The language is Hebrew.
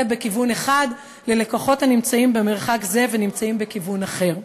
בכיוון אחד ללקוחות הנמצאים במרחק זה בכיוון אחר.